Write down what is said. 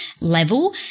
level